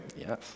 Yes